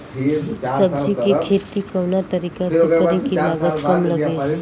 सब्जी के खेती कवना तरीका से करी की लागत काम लगे?